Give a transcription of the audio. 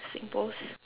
singpost